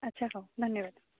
ଆଚ୍ଛା ହଉ ଧନ୍ୟବାଦ